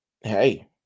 hey